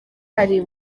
ari